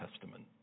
Testament